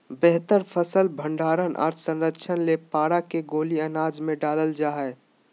बेहतर फसल भंडारण आर संरक्षण ले पारा के गोली अनाज मे डालल जा हय